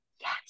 yes